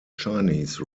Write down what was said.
chinese